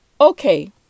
okay